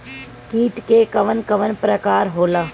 कीट के कवन कवन प्रकार होला?